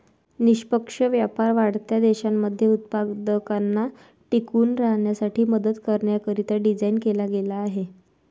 निष्पक्ष व्यापार वाढत्या देशांमध्ये उत्पादकांना टिकून राहण्यासाठी मदत करण्याकरिता डिझाईन केला गेला आहे